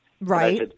Right